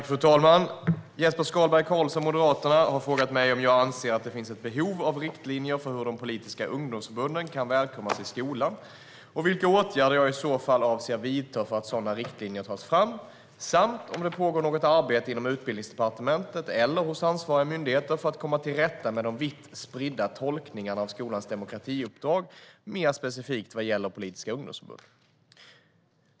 Fru talman! Jesper Skalberg Karlsson från Moderaterna har frågat mig om jag anser att det finns ett behov av riktlinjer för hur de politiska ungdomsförbunden kan välkomnas till skolan och vilka åtgärder jag i så fall avser att vidta för att sådana riktlinjer tas fram. Han har också frågat om det pågår något arbete inom Utbildningsdepartementet eller hos ansvariga myndigheter för att komma till rätta med de vitt spridda tolkningarna av skolans demokratiuppdrag, mer specifikt vad gäller politiska ungdomsförbund.